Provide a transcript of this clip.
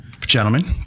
Gentlemen